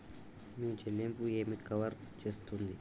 మీ చెల్లింపు ఏమి కవర్ చేస్తుంది?